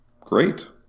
great